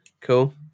cool